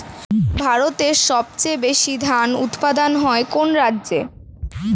ভারতের সবচেয়ে বেশী ধান উৎপাদন হয় কোন রাজ্যে?